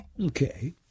Okay